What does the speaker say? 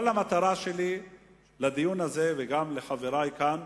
כל המטרה שלי בדיון הזה, וגם של חברי כאן,